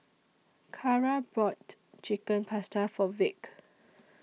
Carra bought Chicken Pasta For Vick